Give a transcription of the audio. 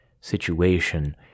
situation